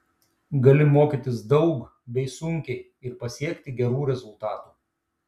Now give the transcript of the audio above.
gali mokytis daug bei sunkiai ir pasiekti gerų rezultatų